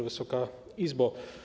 Wysoka Izbo!